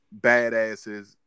badasses